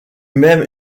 même